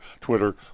Twitter